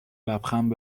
لبخند